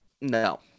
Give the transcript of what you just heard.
no